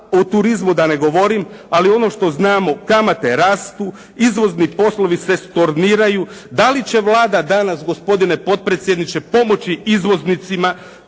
o turizmu da ne govorim, ali ono što znamo, kamate rastu, izvozni poslovi se storniraju. Da li će Vlada danas, gospodine potpredsjedniče pomoći izvoznicima